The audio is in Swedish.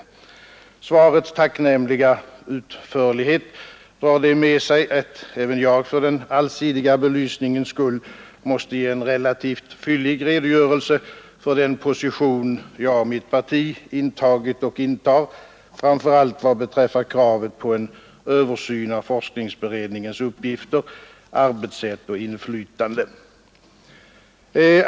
Svarets tacknämliga utförlighet för med sig att även jag för den allsidiga belysningens skull måste ge en relativt fyllig redogörelse för den position jag och mitt parti intagit och intar, framför allt vad beträffar kravet på en översyn av forskningsberedningens uppgifter, arbetssätt och inflytande.